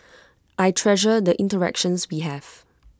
I treasure the interactions we have